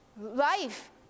Life